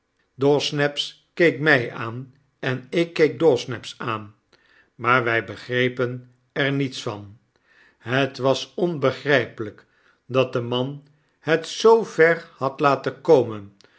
dawsnaps keek my aan en ik keek dawsnaps aan maar wij begrepen er niets van het was onbegrijpelijk dat de man het zoo ver had laten komen